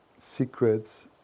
secrets